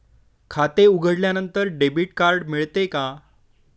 खाते उघडल्यानंतर debit card मिळते का?